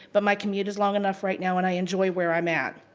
but my commute is long enough right now, and i enjoy where i'm at.